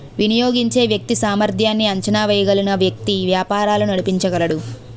వినియోగించే వ్యక్తి సామర్ధ్యాన్ని అంచనా వేయగలిగిన వ్యక్తి వ్యాపారాలు నడిపించగలడు